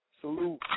Salute